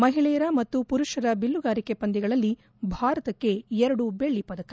ಮಹಿಳೆಯರ ಮತ್ತು ಪುರುಷರ ಬಿಲ್ಲುಗಾರಿಕೆ ಪಂದ್ಯಗಳಲ್ಲಿ ಭಾರತಕ್ಕೆ ಎರಡು ಬೆಳ್ಳಿ ಪದಕ